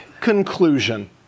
conclusion